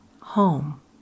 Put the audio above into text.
home